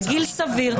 זה גיל סביר.